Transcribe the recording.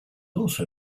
also